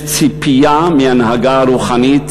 יש ציפייה מההנהגה הרוחנית